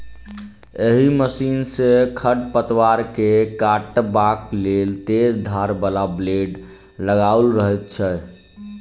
एहि मशीन मे खढ़ पतवार के काटबाक लेल तेज धार बला ब्लेड लगाओल रहैत छै